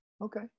Okay